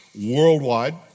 worldwide